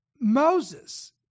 Moses